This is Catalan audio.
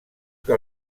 que